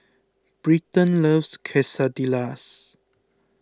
Britton loves Quesadillas